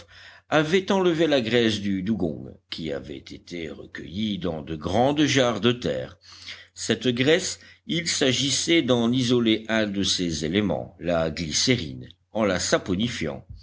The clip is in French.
avaient enlevé la graisse du dugong qui avait été recueillie dans de grandes jarres de terre cette graisse il s'agissait d'en isoler un de ses éléments la glycérine en la saponifiant